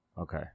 Okay